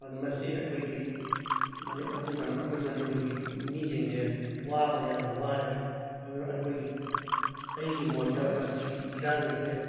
ꯑꯗꯨꯅ ꯃꯁꯤ ꯑꯩꯈꯣꯏꯒꯤ ꯃꯅꯤ ꯑꯗꯨꯅ ꯑꯩꯈꯣꯏ ꯃꯅꯤꯄꯨꯔꯒꯤ ꯃꯤꯁꯤꯡꯁꯦ ꯋꯥꯕ ꯌꯥꯕ ꯋꯥꯔꯦ ꯑꯗꯨꯅ ꯑꯩꯈꯣꯏꯒꯤ ꯑꯩꯒꯤ ꯃꯣꯠꯇ ꯃꯁꯤꯒꯤ ꯏꯔꯥꯡ ꯑꯁꯦ